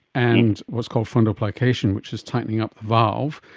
and what's called fundoplication, which is tightening up the valve,